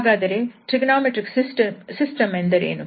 ಹಾಗಾದರೆ trigonometric system ಎಂದರೇನು